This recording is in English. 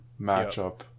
matchup